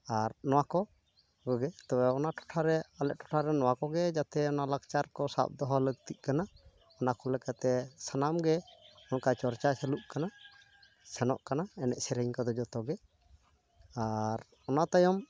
ᱟᱨ ᱱᱚᱣᱟ ᱠᱚ ᱠᱚᱜᱮ ᱛᱚᱵᱮ ᱚᱱᱟ ᱴᱚᱴᱷᱟᱨᱮ ᱟᱞᱮ ᱴᱚᱴᱷᱟᱨᱮ ᱱᱚᱣᱟ ᱠᱚᱜᱮ ᱡᱟᱛᱮ ᱱᱚᱣᱟ ᱞᱟᱠᱪᱟᱨ ᱠᱚ ᱥᱟᱵ ᱫᱚᱦᱚ ᱞᱟᱹᱠᱛᱤᱜ ᱠᱟᱱᱟ ᱚᱱᱟᱠᱚ ᱞᱮᱠᱟᱛᱮ ᱥᱟᱱᱟᱢ ᱜᱮ ᱱᱚᱝᱠᱟ ᱪᱚᱨᱪᱟ ᱪᱟᱹᱞᱩᱜ ᱠᱟᱱᱟ ᱥᱮᱱᱚᱜ ᱠᱟᱱᱟ ᱮᱱᱮᱡ ᱥᱮᱨᱮᱧ ᱠᱚᱫᱚ ᱡᱚᱛᱚᱜᱮ ᱟᱨ ᱚᱱᱟ ᱛᱟᱭᱚᱢ